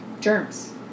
germs